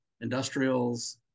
industrials